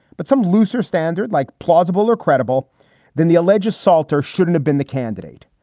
but some looser standard like plausible or credible than the alleged assault or shouldn't have been the candidate.